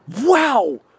wow